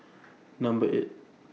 Number eight